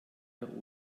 der